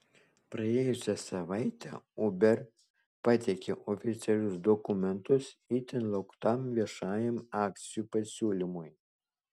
praėjusią savaitę uber pateikė oficialius dokumentus itin lauktam viešajam akcijų pasiūlymui